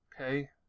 Okay